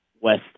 west